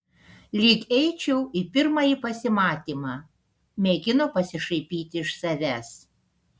lyg eičiau į pirmąjį pasimatymą mėgino pasišaipyti iš savęs